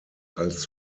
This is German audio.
als